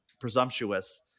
presumptuous